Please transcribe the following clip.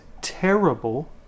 terrible